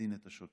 לדין את השוטר.